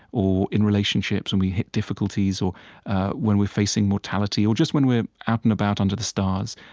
or in relationships when we hit difficulties or when we're facing mortality, or just when we're out and about under the stars.